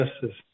justice